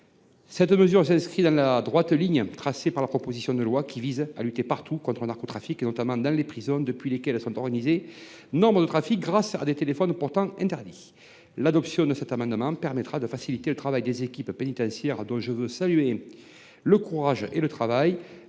Cette mesure s’inscrit dans la droite ligne de cette proposition de loi, qui vise à lutter partout contre le narcotrafic, et notamment dans les prisons, depuis lesquelles sont organisés nombre de trafics grâce à des téléphones pourtant interdits. L’adoption de cet amendement permettra de faciliter l’action des équipes pénitentiaires, dont je veux saluer le courage et le travail.